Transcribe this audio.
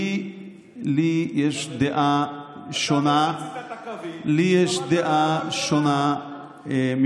לי יש דעה שונה --- אתה פה חצית את הקווים --- לי יש דעה שונה ממך,